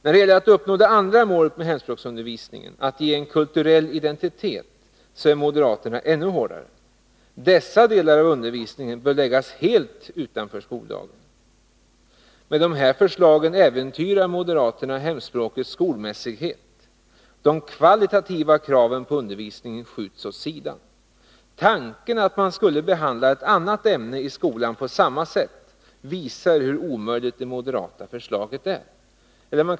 När det gäller att uppnå det andra målet med hemspråksundervisningen, att ge en kulturell identitet, är moderaterna ännu hårdare. Denna del av undervisningen bör, menar man, förläggas helt utanför skoldagen. Med de här förslagen äventyrar moderaterna hemspråkets skolmässighet. De kvalitativa kraven på undervisningen skjuts åt sidan. Tanken att man skulle behandla ett annat ämne i skolan på samma sätt visar hur omöjligt det moderata förslaget är.